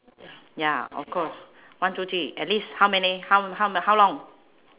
ya of course one two three at least how many how how how long